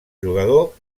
jugador